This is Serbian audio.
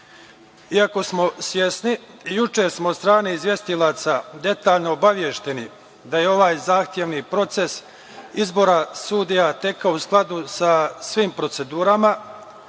po ovom pitanju. Juče smo od strane izvestilaca detaljno obavešteni da je ovaj zahtevni proces izbora sudija tekao u skladu sa svim procedurama